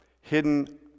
hidden